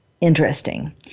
Interesting